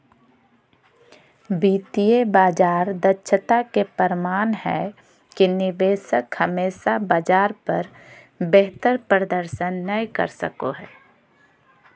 वित्तीय बाजार दक्षता के प्रमाण हय कि निवेशक हमेशा बाजार पर बेहतर प्रदर्शन नय कर सको हय